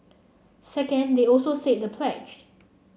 second they also say the pledged